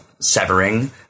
severing